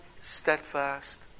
steadfast